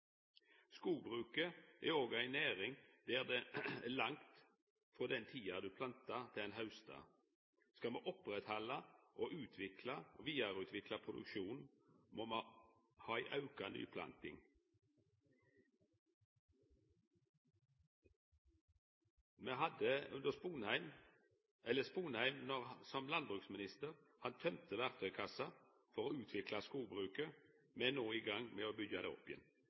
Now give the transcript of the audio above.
Skogbruket er òg ei næring der det går lang tid frå ein plantar til ein haustar. Skal me oppretthalda og vidareutvikla produksjonen, må me ha ein auke i nyplantinga. Då Sponheim var landbruksminister, tømde ein verktøykassa når det gjaldt å utvikla skogbruket. Me er no i gang med å byggja det opp igjen.